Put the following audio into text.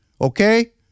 Okay